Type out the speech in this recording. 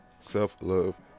Self-love